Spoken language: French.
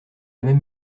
jamais